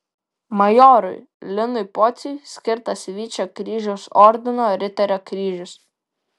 majorui linui pociui skirtas vyčio kryžiaus ordino riterio kryžius